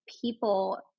people